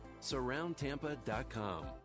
SurroundTampa.com